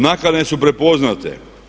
Nakane su prepoznate.